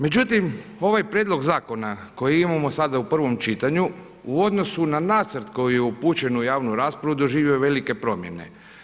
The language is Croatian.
Međutim ovaj prijedlog zakona koji imamo sada u prvom čitanju u odnosu na nacrt koji je upućen u javnu raspravu doživio je velike promjene.